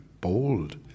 bold